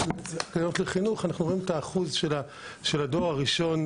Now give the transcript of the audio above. אנחנו רואים את האחוזים של דור ראשון